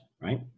right